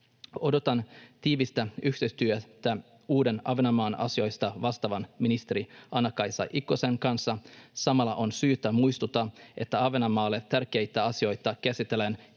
Odotan tiivistä yhteistyötä uuden Ahvenanmaan asioista vastaavan ministerin Anna-Kaisa Ikosen kanssa. Samalla on syytä muistuttaa, että Ahvenanmaalle tärkeitä asioita käsitellään